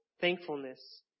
thankfulness